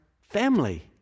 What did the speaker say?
family